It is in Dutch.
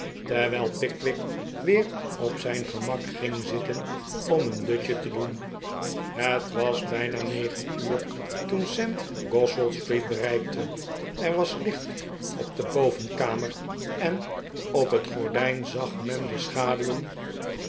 terwijl pickwick weer op zijn gemak ging zitten om een dutje te doen het was bijna negen uur toen sam goswell street bereikte er was licht op de bovenkamer en op het gordijn zag men de schaduwen